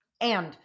And-